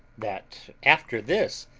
that, after this,